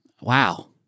wow